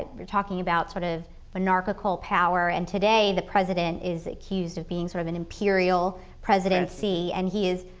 we're talking about sort of monarchical power and today the president is accused of being sort of an imperial presidency and he is,